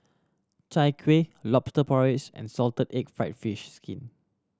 Chai Kueh Lobster Porridge and salted egg fried fish skin